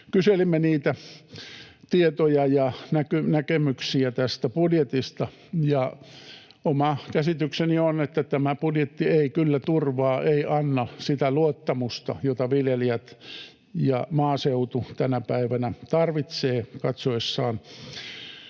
kyselimme tietoja ja näkemyksiä tästä budjetista. Oma käsitykseni on, että tämä budjetti ei kyllä turvaa, ei anna sitä luottamusta, jota viljelijät ja maaseutu tänä päivänä tarvitsevat katsoessaan